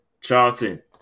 Charlton